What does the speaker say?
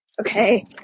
okay